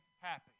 happy